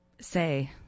say